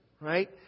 Right